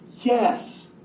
yes